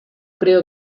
creo